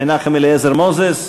מנחם אליעזר מוזס,